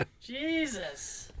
Jesus